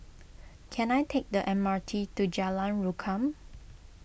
can I take the M R T to Jalan Rukam